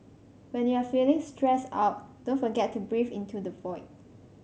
when you are feeling stressed out don't forget to breathe into the void